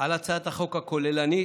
על הצעת החוק הכוללנית,